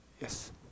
Yes